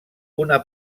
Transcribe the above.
una